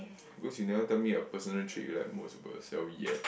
because you never tell me your personal trait you like most about yourself yet